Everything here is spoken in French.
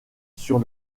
sur